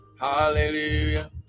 Hallelujah